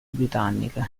britanniche